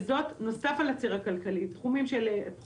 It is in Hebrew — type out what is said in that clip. וזאת בנוסף על הציר הכלכלי בתחום המשפטי,